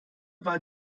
war